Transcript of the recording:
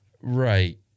right